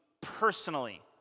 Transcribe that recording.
personally